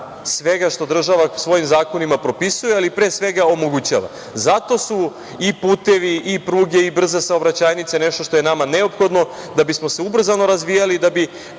svega što država svojim zakonima propisuje, ali pre svega omogućava. Zato su i putevi, pruge, brze saobraćajnice nešto što je nama neophodno da bismo se ubrzano razvijali, da bi